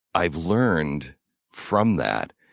i've learned from that,